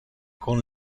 con